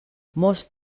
most